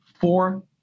four